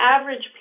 Average